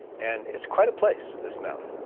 and it's quite a place, this mountain.